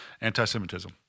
anti-Semitism